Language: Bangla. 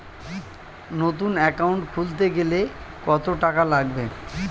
নতুন একাউন্ট খুলতে গেলে কত টাকা লাগবে?